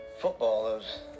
footballers